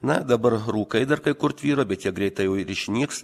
na dabar rūkai dar kai kur tvyro bet jie greitai jau ir išnyks